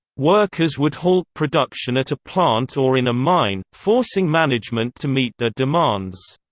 workers would halt production at a plant or in a mine, forcing management to meet their demands.